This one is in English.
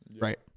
right